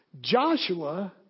Joshua